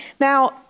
Now